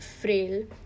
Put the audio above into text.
frail